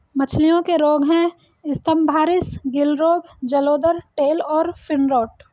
मछलियों के रोग हैं स्तम्भारिस, गिल रोग, जलोदर, टेल और फिन रॉट